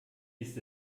ist